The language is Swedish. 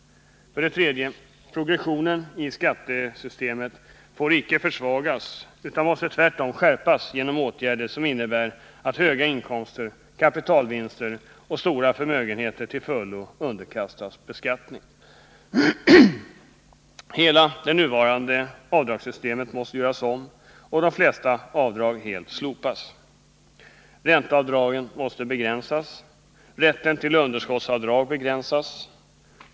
3. Progressionen i skattesystemet får icke försvagas utan måste tvärtom skärpas genom åtgärder som innebär att höga inkomster, kapitalvinster och stora förmögenheter till fullo underkastas beskattning. Hela det nuvarande avdragssystemet måste göras om och de flesta avdrag helt slopas. Ränteavdraget måste begränsas. Rätten till underskottsavdrag begränsas.